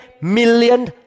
million